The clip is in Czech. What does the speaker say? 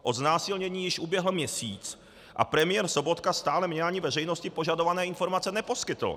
Od znásilnění již uběhl měsíc a premiér Sobotka stále mně ani veřejnosti požadované informace neposkytl.